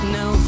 no